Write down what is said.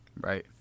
Right